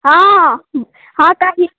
हँ हँ काकी